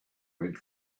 went